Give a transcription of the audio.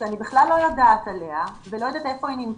שאני בכלל לא יודעת עליה ולא יודעת היכן היא נמצאת,